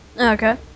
Okay